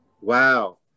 Wow